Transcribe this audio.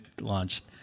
launched